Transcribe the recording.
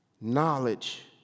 knowledge